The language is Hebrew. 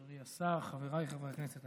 אדוני השר, חבריי חברי הכנסת.